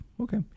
Okay